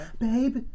Babe